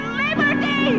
liberty